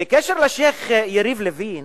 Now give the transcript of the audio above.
בקשר לשיח' יריב לוין,